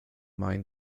main